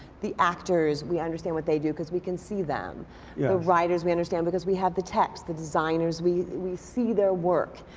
the actors we understand what they do because we can see them. yeah the writers we understand because we have the text. the designers we we see their work.